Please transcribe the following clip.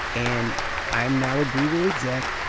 and i am now a google exec,